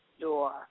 door